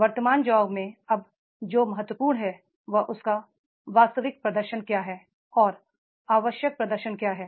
वर्तमान जॉब में अब जो महत्वपूर्ण है वह उसका वास्तविक प्रदर्शन क्या है और आवश्यक प्रदर्शन क्या है